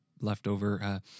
leftover